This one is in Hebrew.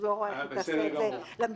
אז אני לא רואה איך היא תעשה את זה למדינה.